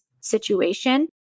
situation